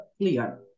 clear